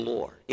Lord